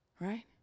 Right